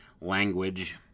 language